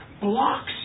blocks